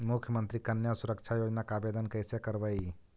मुख्यमंत्री कन्या सुरक्षा योजना के आवेदन कैसे करबइ?